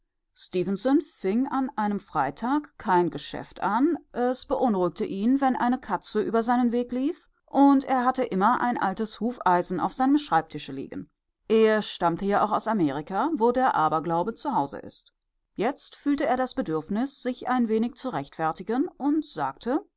fing an einem freitag kein geschäft an es beunruhigte ihn wenn eine katze über seinen weg lief und er hatte immer ein altes hufeisen auf seinem schreibtische liegen er stammte ja auch aus amerika wo der aberglaube zu hause ist jetzt fühlte er das bedürfnis sich ein wenig zu rechtfertigen und sagte